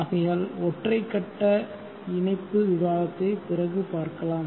ஆகையால் ஒற்றை கட்ட கட்ட இணைப்பு விவாதத்தை பிறகு பார்க்கலாம்